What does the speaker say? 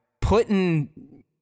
putting